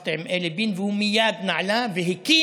שוחחתי עם אלי בין, והוא מייד נענה והקים